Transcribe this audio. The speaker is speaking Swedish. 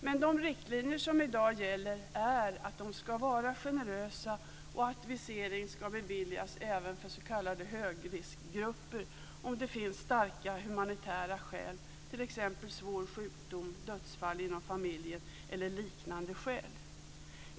Men de riktlinjer som i dag gäller är att hanteringen ska vara generös och att visering ska beviljas även för s.k. högriskgrupper om det finns starka humanitära skäl, t.ex. svår sjukdom, dödsfall inom familjen eller liknande skäl.